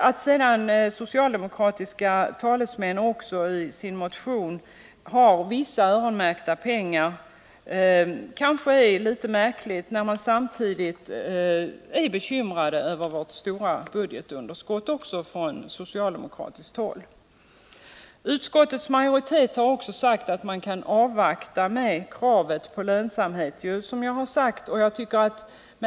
Att företrädare för socialdemokraterna i sin motion lägger till vissa öronmärkta pengar är kanske litet märkligt, när man ju också på socialdemokratiskt håll är bekymrad över vårt stora budgetunderskott. Utskottets majoritet har också sagt att man kan avvakta med kravet på lönsamhet.